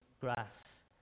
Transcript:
grass